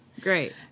Great